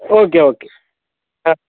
okay okay ಹಾಂ